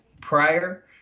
prior